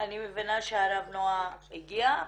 אני מבינה שהרב נעה הגיעה.